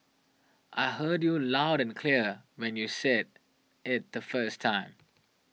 I heard you loud and clear when you said it the first time